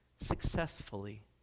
successfully